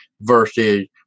versus